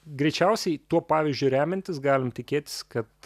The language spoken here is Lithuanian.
greičiausiai tuo pavyzdžiu remiantis galim tikėtis kad